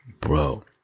bro